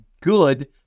good